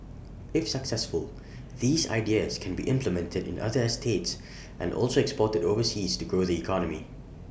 if successful these ideas can be implemented in other estates and also exported overseas to grow the economy